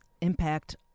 impact